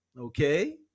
okay